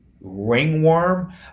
ringworm